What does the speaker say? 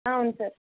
అవున్ సార్